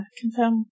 confirm